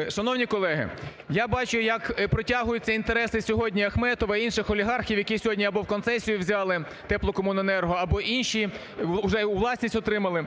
Ю.Б. Шановні колеги! Я бачу, як протягуються інтереси сьогодні Ахметова, інших олігархів, які сьогодні або в концесію взяли теплокомуненерго, або інші вже у власність отримали.